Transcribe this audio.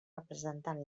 representant